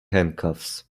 handcuffs